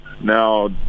now